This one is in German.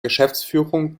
geschäftsführung